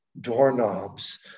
doorknobs